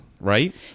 right